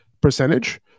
percentage